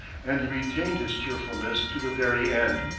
and he retained his cheerfulness to the very end.